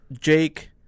Jake